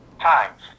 times